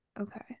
okay